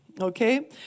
okay